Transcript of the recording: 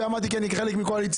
כי אני חלק מקואליציה,